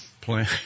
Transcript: plan